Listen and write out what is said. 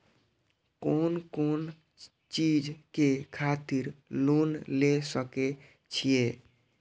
कोन कोन चीज के खातिर लोन ले सके छिए?